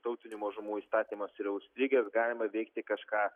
tautinių mažumų įstatymas yra užstrigęs galima veikti kažką